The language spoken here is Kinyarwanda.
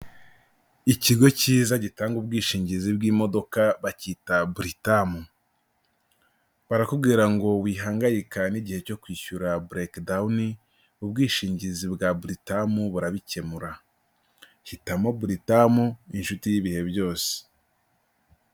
Ikigo cyiza gitanga ubwishingizi bw'imodoka bakita Britam, barakubwira ngo wihangayike n'igihe cyo kwishyura Breke Down ubwishingizi bwa Britam burabikemura, hitamo Britam inshuti y'ibihe byose.